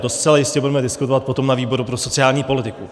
To zcela jistě budeme diskutovat potom na výboru pro sociální politiku.